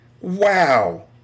Wow